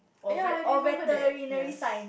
ya I remember that yes